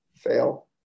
fail